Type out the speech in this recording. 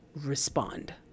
respond